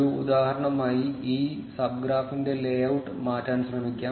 ഒരു ഉദാഹരണമായി ഈ സബ്ഗ്രാഫിന്റെ ലേഔട്ട് മാറ്റാൻ ശ്രമിക്കാം